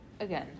Again